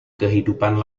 kehidupan